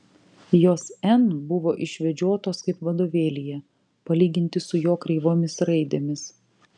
jos n buvo išvedžiotos kaip vadovėlyje palyginti su jo kreivomis raidėmis